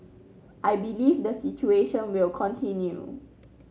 I believe the situation will continue